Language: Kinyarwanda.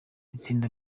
itsinda